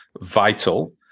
vital